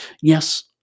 Yes